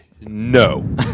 no